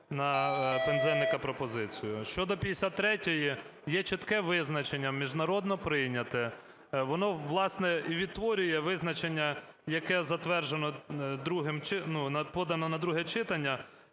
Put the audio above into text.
на Пинзеника пропозицію. Щодо 53-ї, є чітке визначення міжнародно прийняте. Воно, власне, і відтворює визначення, яке затверджене, ну, подано на друге читання.